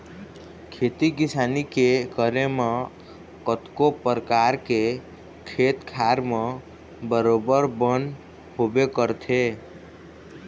खेती किसानी के करे म कतको परकार के खेत खार म बरोबर बन होबे करथे